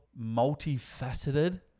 multifaceted